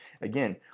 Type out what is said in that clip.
again